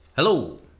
Hello